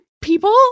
people